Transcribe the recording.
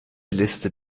liste